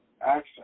access